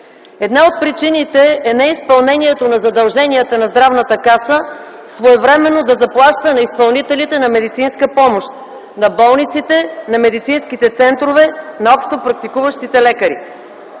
Една от причините е неизпълнението на задълженията на Здравната каса своевременно да заплаща на изпълнителите на медицинска помощ, на болниците, на медицинските центрове, на общопрактикуващите лекари.